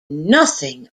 nothing